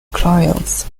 clients